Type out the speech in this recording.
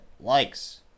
likes